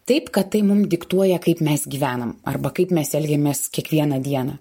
taip kad tai mum diktuoja kaip mes gyvenam arba kaip mes elgiamės kiekvieną dieną